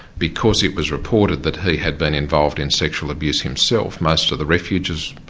because it was reported that he had been involved in sexual abuse himself, most of the refuges,